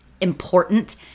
important